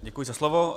Děkuji za slovo.